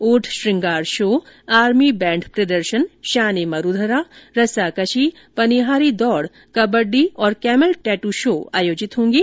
ऊंट श्रंगार show army band प्रदर्शन शान ए मरुधरा रस्साकशी पनिहारी दौड़ कबड्डी और कैमल टेट् शो आयोजित होंगे